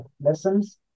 lessons